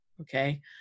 okay